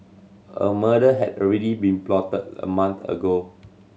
a murder had already been plotted a month ago